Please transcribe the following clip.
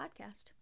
Podcast